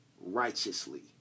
righteously